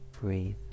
breathe